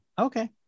okay